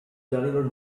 delivery